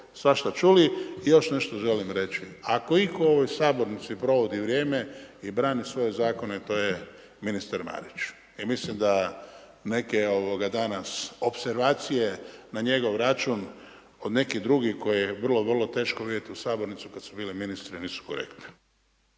svašta čuli. I još nešto želim reći, ako itko u ovoj sabornici provodi vrijeme i brani svoje zakone to je ministar Marić. I mislim da neke danas opservacije na njegov račun od nekih drugih koje je vrlo, vrlo teško vidjeti u sabornici kada su bili ministri nisu korektne.